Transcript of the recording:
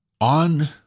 On